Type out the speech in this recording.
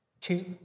Two